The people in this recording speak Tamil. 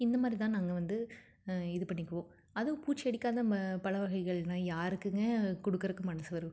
இந்த மாதிரி தான் நாங்கள் வந்து இது பண்ணிக்குவோம் அதுவும் பூச்சி அரிக்காத ம பழ வகைகள்னால் யாருக்குங்க கொடுக்கறக்கு மனது வரும்